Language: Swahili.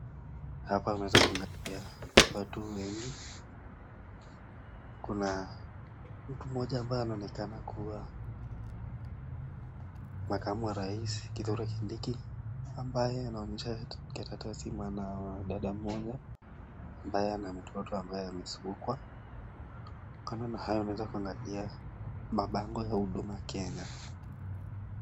Hapa tunaweza kuangalia watu wengi. Kuna mtu mmoja ambaye anaonekana kuwa makamu wa rais Kithure Kindiki ambaye anaonyesha karatasi mwanadada mmoja ambaye ana mtoto ambaye amesukwa. Kando na hayo ameweza kuangalia mabango la huduma Kenya.